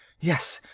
yes,